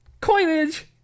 coinage